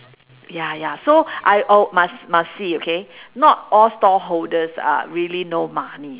ya ya so I oh must must see okay not all stall holders are really no money